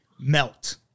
melt